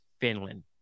Finland